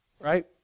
right